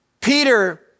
Peter